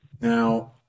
Now